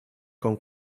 con